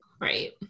Right